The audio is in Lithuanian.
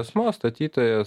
asmuo statytojas